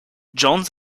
jones